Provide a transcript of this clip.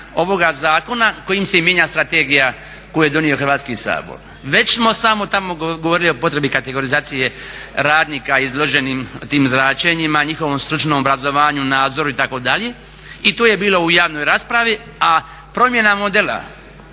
ovoga zakona kojim se i mijenja strategija koju je donio Hrvatski sabor već smo samo tamo govorili o potrebi kategorizacije radnika izloženim tim zračenjima, njihovom stručnom obrazovanju, nadzoru itd.. I to je bilo u javnom raspravi. A promjena modela